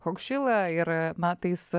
hokšila ir na tais